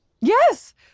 Yes